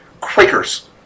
Quakers